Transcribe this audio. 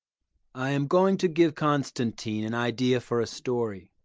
i am going to give constantine an idea for a story.